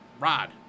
rod